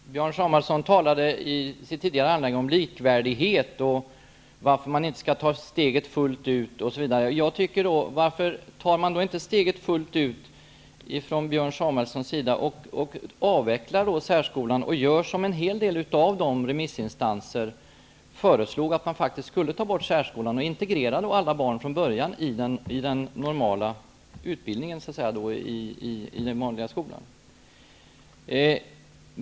Herr talman! Björn Samuelson talade i sitt tidigare inlägg om likvärdighet och varför man inte skulle ta steget fullt. Varför tar man inte från Björn Samuelsons sida steget fullt ut och avvecklar särskolan? En hel del av remissinstanserna föreslog faktiskt att man skulle ta bort särskolan och från början integrera alla barn i normal utbildning i den vanliga skolan.